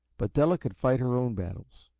but della could fight her own battles.